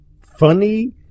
funny